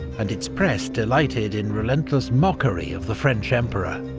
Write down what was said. and its press delighted in relentless mockery of the french emperor.